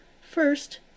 First